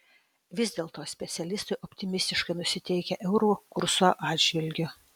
vis dėlto specialistai optimistiškai nusiteikę euro kurso atžvilgiu